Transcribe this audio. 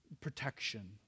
Protection